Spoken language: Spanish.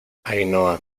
ainhoa